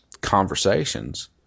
conversations